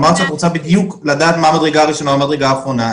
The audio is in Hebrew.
אמרת שאת רוצה בדיוק לדעת מה המדרגה הראשונה ומה המדרגה האחרונה,